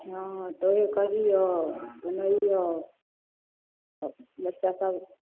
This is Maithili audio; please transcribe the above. हँ तैओ कहिऔ बनैऔ अथी बच्चा सब